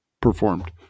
performed